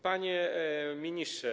Panie Ministrze!